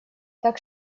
так